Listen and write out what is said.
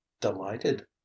Delighted